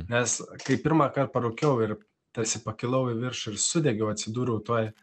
nes kai pirmąkart parūkiau ir tarsi pakilau į viršų ir sudegiau atsidūriau toj